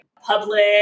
public